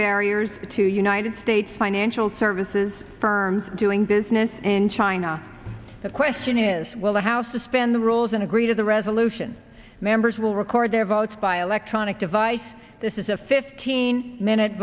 barriers to united states financial services firms doing business in china the question is will the house suspend the rules and agree to the resolution members will record their votes by electronic device this is a fifteen minute